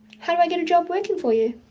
how do i get a job working for you?